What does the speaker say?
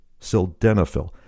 sildenafil